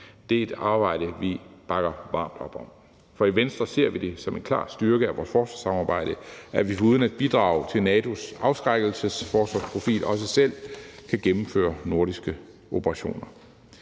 Det er et arbejde, vi bakker varmt op om, for i Venstre ser vi det som en klar styrke af vores forsvarssamarbejde, at vi foruden at bidrage til NATO's afskrækkelses- og forsvarsprofil også selv kan gennemføre nordiske operationer.